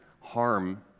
harm